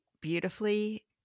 beautifully